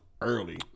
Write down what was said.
early